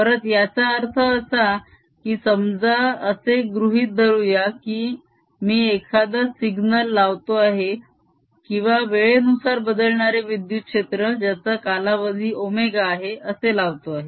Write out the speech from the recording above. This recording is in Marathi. परत याचा अर्थ असा की समजा असे गृहीत धरूया की मी एखादा सिग्नल लावतो आहे किंवा वेळेनुसार बदलणारे विद्युत क्षेत्र ज्याचा कालावधी ω आहे असे लावतो आहे